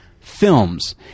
films